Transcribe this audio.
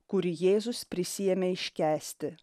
kurį jėzus prisiėmė iškęsti